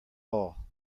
all